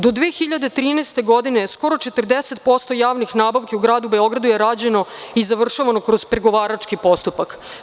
Do 2013. godine skoro 40% javnih nabavki u gradu Beogradu je rađeno i završavano kroz pregovarački postupak.